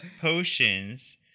potions